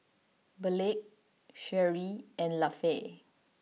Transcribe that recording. Burleigh Sherree and Lafe